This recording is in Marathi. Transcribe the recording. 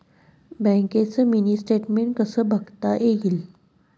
बँकेचं मिनी स्टेटमेन्ट कसं बघता येईल?